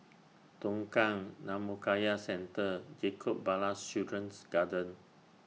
Tongkang Dhammakaya Centre Jacob Ballas Children's Garden